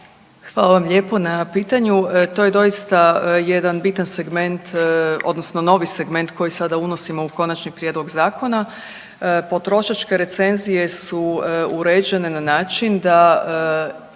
Hvala na pitanju. To je doista jedan bitan segment odnosno novi segment koji sada unosimo u konačni prijedlog zakona. Potrošačke recenzije su uređene na način da